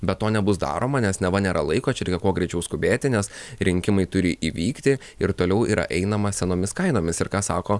bet to nebus daroma nes neva nėra laiko čia reikia kuo greičiau skubėti nes rinkimai turi įvykti ir toliau yra einama senomis kainomis ir ką sako